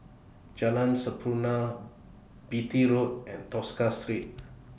Jalan Sampurna Beatty Road and Tosca Street